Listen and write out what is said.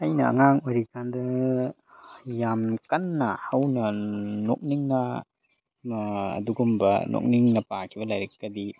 ꯑꯩꯅ ꯑꯉꯥꯡ ꯑꯣꯏꯔꯤꯀꯥꯟꯗ ꯌꯥꯝ ꯀꯟꯅ ꯍꯧꯅ ꯅꯣꯛꯅꯤꯡꯅ ꯑꯗꯨꯒꯨꯝꯕ ꯅꯣꯛꯅꯤꯡꯅ ꯄꯥꯈꯤꯕ ꯂꯤꯏꯔꯤꯛ ꯈꯔꯗꯤ